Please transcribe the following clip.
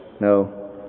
No